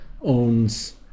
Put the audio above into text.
owns